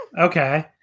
Okay